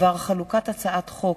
בדבר חלוקת הצעת חוק